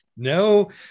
no